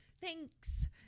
Thanks